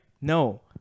No